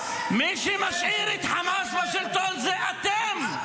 מי שמשאיר את חמאס בשלטון זה אתם.